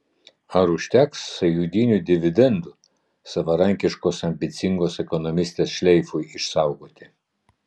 ar užteks sąjūdinių dividendų savarankiškos ambicingos ekonomistės šleifui išsaugoti